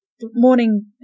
morning